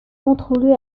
contrôlé